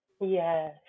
Yes